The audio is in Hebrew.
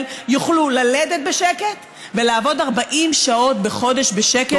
יוכלו ללדת בשקט ולעבוד 40 שעות בחודש בשקט.